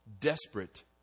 desperate